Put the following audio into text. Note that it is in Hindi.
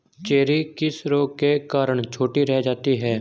चेरी किस रोग के कारण छोटी रह जाती है?